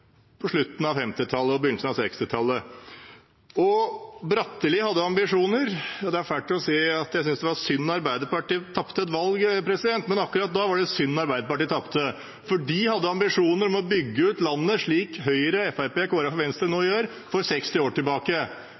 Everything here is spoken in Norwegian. på slutten av 1950-tallet og begynnelsen av 1960-tallet. Bratteli hadde ambisjoner. Det er fælt å si at jeg synes det var synd at Arbeiderpartiet tapte valget, men akkurat da var det synd at Arbeiderpartiet tapte, for de hadde ambisjoner om å bygge ut landet – slik Høyre, Fremskrittspartiet, Kristelig Folkeparti og Venstre nå gjør – for 60 år tilbake.